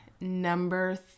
number